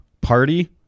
party